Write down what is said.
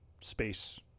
space